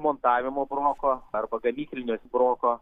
montavimo broko arba gamyklinio broko